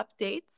updates